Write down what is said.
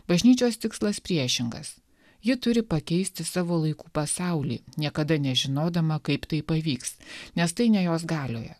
bažnyčios tikslas priešingas ji turi pakeisti savo laikų pasaulį niekada nežinodama kaip tai pavyks nes tai ne jos galioje